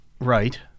Right